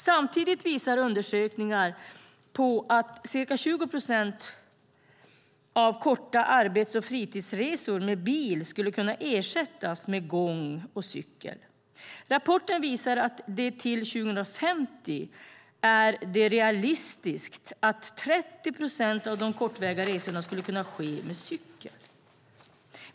Samtidigt visar undersökningar på att ca 20 procent av korta arbets och fritidsresor med bil skulle kunna ersättas med gång och cykel. Rapporten visar att det till 2050 är realistiskt att 30 procent av de kortväga resorna skulle kunna ske med cykel.